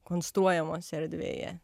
konstruojamos erdvėje